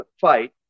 fight